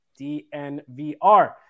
DNVR